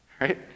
right